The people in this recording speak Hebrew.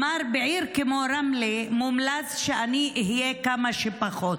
הוא אמר משפט: בעיר כמו רמלה מומלץ שאני אהיה כמה שפחות.